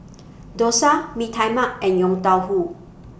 Dosa Mee Tai Mak and Yong Tau Foo